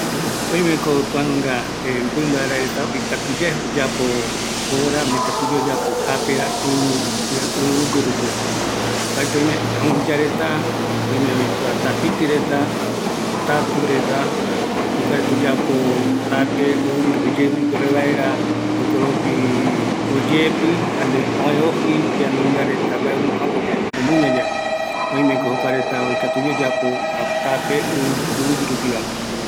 Oimeko mbaemɨmba reta oikatu yae oyapo jape, joora ɨvɨgui rupi va, anguyareta, tapitireta, tatureta, oyapo japera oyeepɨ vaeravi, jare ojɨivaera